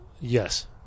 Yes